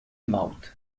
mouth